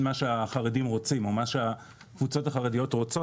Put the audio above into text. ובין מה שהחרדים רוצים או מה שהקבוצות החרדיות רוצות,